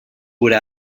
would